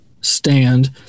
stand